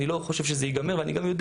אני לא חושב שזה יגמר ואני גם יודע